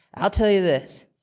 i'll tell you this.